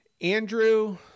Andrew